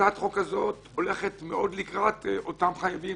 הצעת החוק הזאת הולכת מאוד לקראת אותם חייבים.